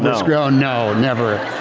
um ah no never